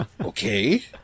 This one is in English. Okay